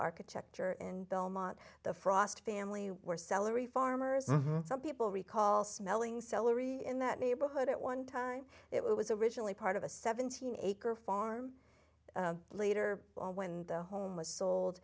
architecture in belmont the frost family were celery farmers some people recall smelling celery in that neighborhood at one time it was originally part of a seventeen acre farm later on when the home was sold